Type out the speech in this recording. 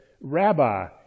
Rabbi